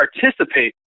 participate